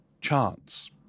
chance